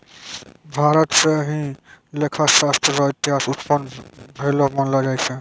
भारत स ही लेखा शास्त्र र इतिहास उत्पन्न भेलो मानलो जाय छै